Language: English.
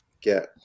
get